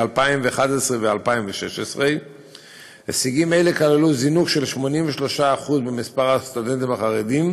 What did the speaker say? ב-2011 2016. הישגים אלה כללו זינוק של 83% במספר הסטודנטים החרדים,